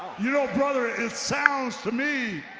you know brother, it sounds to me,